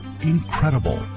incredible